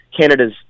Canada's